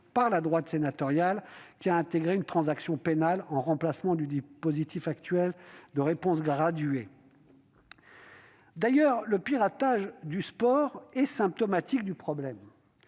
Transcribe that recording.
par la droite sénatoriale, qui a intégré une transaction pénale en remplacement du dispositif actuel de réponse graduée. En tout état de cause, le piratage du sport est symptomatique du problème.